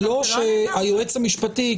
זה לא שהיועץ המשפטי,